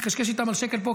להתקשקש איתם על שקל פה,